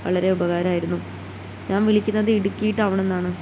വളരെ ഉപകാരമായിരുന്നു ഞാൻ വിളിക്കുന്നത് ഇടുക്കി ടൗണിൽനിന്നാണ്